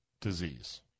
disease